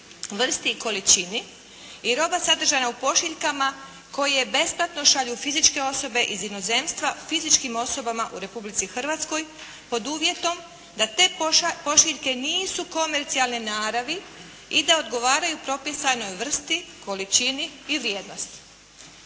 vrsti i količini i roba sadržana u pošiljkama koje besplatno šalju fizičke osobe iz inozemstva fizičkim osobama u Republici Hrvatskoj pod uvjetom da te pošiljke nisu komercijalne naravi i da odgovaraju propisanoj vrsti, količini i vrijednosti.